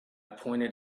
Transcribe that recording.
pointed